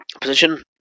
position